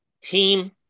team